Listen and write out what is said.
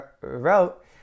wrote